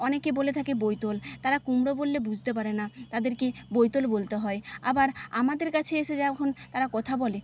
অনেকে বলে থাকে বৈতল তারা কুমড়ো বললে বুঝতে পারে না তাদেরকে বৈতল বলতে হয় আবার আমাদের কাছে এসে যখন তারা কথা বলে